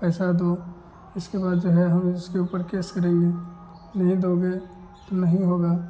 पैसे दो इसके बाद जो है हम इसके ऊपर केस करेंगे नहीं दोगे तो नहीं होगा